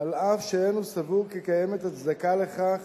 על אף שאינו סבור כי קיימת הצדקה לכך